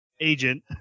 agent